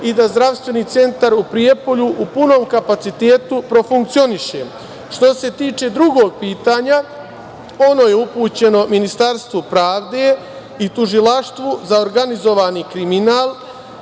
i da Zdravstveni centar u Prijepolju u punom kapacitetu profunkcioniše. Što se tiče drugog pitanja, ono je upućeno Ministarstvu pravde i Tužilaštvu za organizovani kriminal,